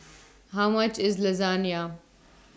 How much IS Lasagna